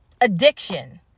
Addiction